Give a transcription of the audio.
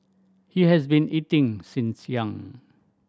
he has been eating since young